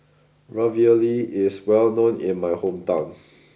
Ravioli is well known in my hometown